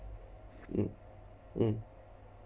hmm hmm